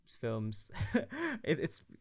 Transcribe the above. films—it's